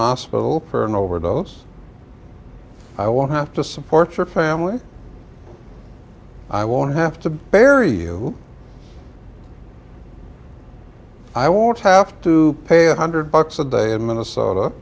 hospital for an overdose i won't have to support your family i won't have to bury you i want to have to pay a hundred bucks a day in minnesota